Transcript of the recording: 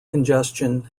congestion